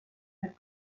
had